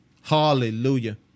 Hallelujah